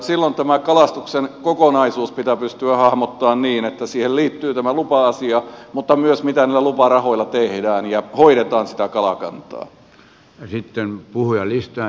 silloin tämä kalastuksen kokonaisuus pitää pystyä hahmottamaan niin että siihen liittyy tämä lupa asia mutta myös se mitä niillä luparahoilla tehdään ja hoidetaan sitä kalakantaa